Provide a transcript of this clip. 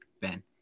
Ben